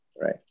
right